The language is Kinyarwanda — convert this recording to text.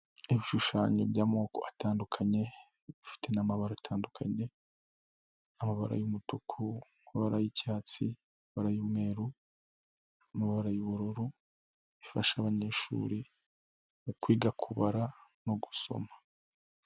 Ibishushanyo by'amoko atandukanye bifite n'amabara atandukanye n'amabara y'umutuku, amabara y'icyatsi, amabara y'umweru, amabara y'ubururu, bifasha abanyeshuri mu kwiga kubara no gusoma.